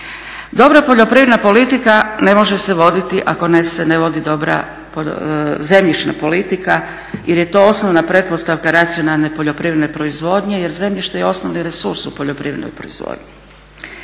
Dobra poljoprivredna politika ne može se voditi ako se ne vodi dobra zemljišna politika jer je to osnovna pretpostavka racionalne poljoprivredne proizvodnje jer zemljište je osnovni resurs u poljoprivrednoj proizvodnji.